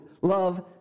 love